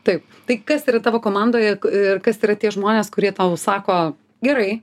taip tai kas yra tavo komandoje ir kas yra tie žmonės kurie tau sako gerai